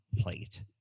plate